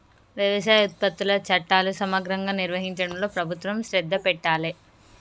వ్యవసాయ ఉత్పత్తుల చట్టాలు సమగ్రంగా నిర్వహించడంలో ప్రభుత్వం శ్రద్ధ పెట్టాలె